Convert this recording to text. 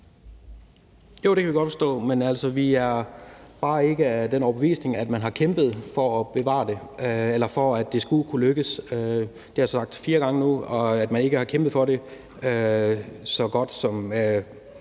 Jo, det kan vi godt forstå. Men vi er bare ikke af den overbevisning, at man har kæmpet for at bevare det eller for, at det skulle kunne lykkes – det har jeg sagt fire gange nu, altså at man ikke har kæmpet nok for det. Altså,